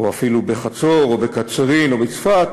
או אפילו בחצור, או בקצרין, או בצפת,